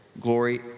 glory